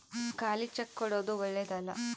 ಖಾಲಿ ಚೆಕ್ ಕೊಡೊದು ಓಳ್ಳೆದಲ್ಲ